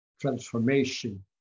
transformation